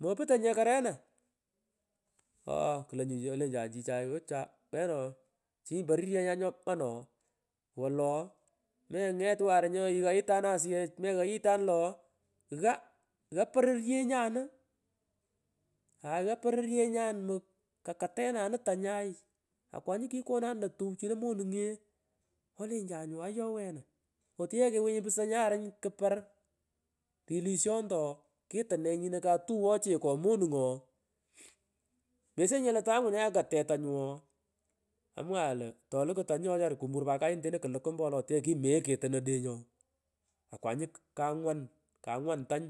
Moputonye kor wena ooh klo nyu ch olenchana chichay ouch aa we chinyi pororyenyan nyoman ooh, wolo menget ighayitahum meghayitanum lo ooh ghaa gha gha gha pororye nyanu, aay nga poronyenyan kakatenanu tenyay akwanyu kironanum lo tuwchino monunge olechari nyu ayoo wena otaye kewenyi pusto nyaruny kpar tilisyontokea kitune nyino katuwo cheko monungo mesuwenyi lo tangunaye akat tetanyu ooh amwaghan lo toluku tanyu nyakumbur pat kayete toteno kuluku mpowolo tino kimagho ye kitun odenyoo akwanyu kwangwan, kwangwan tany,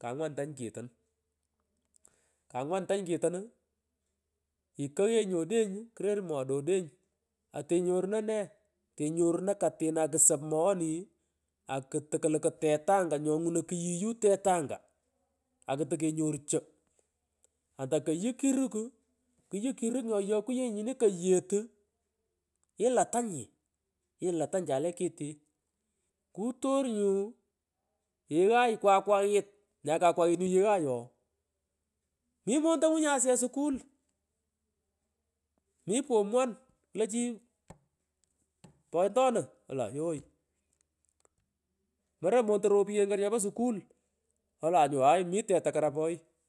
kangwan tany kitur agalan pich angwan tany kitanu, ikoghenyi odenyu kureru moda odenyi atenyoruno ne atanyoruno katina ksop moghoni akutokuluku tetanga nyongunoy, kuyiyu tetanga atokenyora cho, antakoyy, kiruku kuyu kiruk nyini yokuyenyi nyini kowetu iulatanyi, ilatanya alatanyi nyale kite kutor nyu yeghai kwakwaghit nyakakwaghit yeghai ooh mi mondongu nyagh asulfeh sukul ngalan pich mi pom wa klu chi pontonu, olanyooy imoroy montako ropuyeri chopo sukul olan aay mi teta kor apoy.